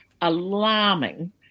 alarming